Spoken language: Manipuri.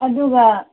ꯑꯗꯨꯒ